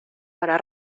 para